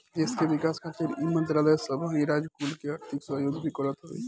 देस के विकास खातिर इ मंत्रालय सबही राज कुल के आर्थिक सहयोग भी करत हवे